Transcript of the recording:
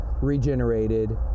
regenerated